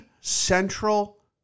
central